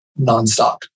nonstop